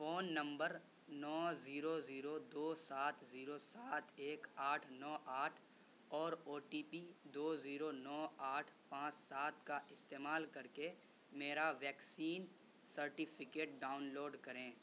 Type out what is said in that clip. phone number نو zero zero دو سات زیرو سات ایک آٹھ نو آٹھ اور او ٹی پی دو زیرو نو آٹھ پانچ سات کا استعمال کر کے میرا ویکسین سرٹیفکیٹ ڈاؤن لوڈ کریں